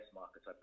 markets